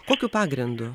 kokiu pagrindu